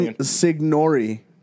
Signori